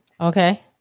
Okay